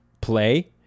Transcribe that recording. play